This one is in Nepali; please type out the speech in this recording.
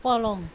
पलङ